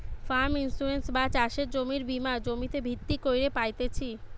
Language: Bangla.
ফার্ম ইন্সুরেন্স বা চাষের জমির বীমা জমিতে ভিত্তি কইরে পাইতেছি